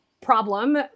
problem